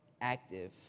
active